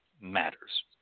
matters